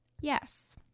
Yes